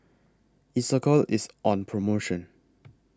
Isocal IS on promotion